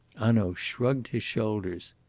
hanaud shrugged his shoulders.